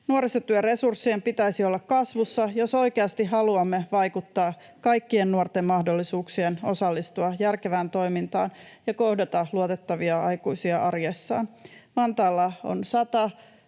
Nuorisotyön resurssien pitäisi olla kasvussa, jos oikeasti haluamme vaikuttaa kaikkien nuorten mahdollisuuksiin osallistua järkevään toimintaan ja kohdata luotettavia aikuisia arjessaan. Vantaalla on 100,